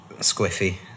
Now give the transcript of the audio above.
squiffy